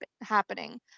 happening